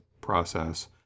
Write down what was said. process